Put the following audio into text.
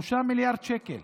3 מיליארד שקל,